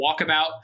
walkabout